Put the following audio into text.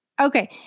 Okay